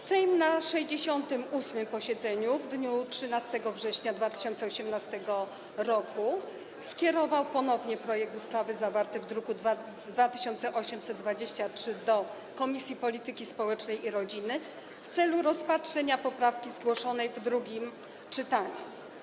Sejm na 68. posiedzeniu w dniu 13 września 2018 r. skierował ponownie projekt ustawy zawarty w druku nr 2823 do Komisji Polityki Społecznej i Rodziny w celu rozpatrzenia poprawki zgłoszonej w drugim czytaniu.